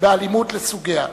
באלימות לסוגיה,